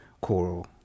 coral